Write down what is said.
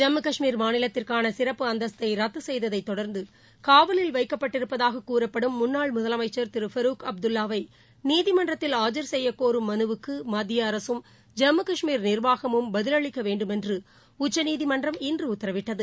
ஜம்மு கஷ்மீர் மாநிலத்திற்கானசிறப்பு அந்தஸ்தைத்துசெய்ததைத் தொடர்ந்து காவலில் வைக்கப்பட்டிருப்பதாககூறப்படும் முன்னாள் முதலமைச்சர் திருபருக் அப்துல்வாவை நீதிமன்றத்தில் ஆஜர் செய்யக்கோரும் மனுவுக்கு மத்தியஅரசும் ஜம்மு கஷ்மீர் நிர்வாகமும் பதிலளிக்கவேண்டும் என்றுஉச்சநீதிமன்றம் இன்றுஉத்தரவிட்டது